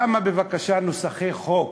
כמה נוסחי חוק,